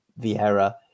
Vieira